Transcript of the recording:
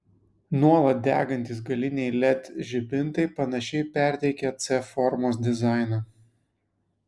nuolat degantys galiniai led žibintai panašiai perteikia c formos dizainą